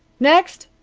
next!